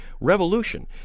revolution